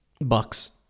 Bucks